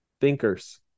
Thinkers